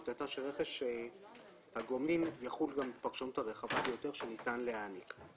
הייתה שרכש הגומלין יחול גם על הפרשנות הרחבה ביותר שניתן להעניק.